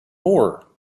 more